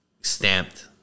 stamped